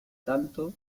tanto